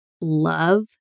love